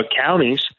counties